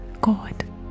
god